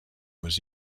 was